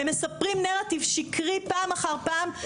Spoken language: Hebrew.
הם מספרים נרטיב שקרי פעם אחר פעם,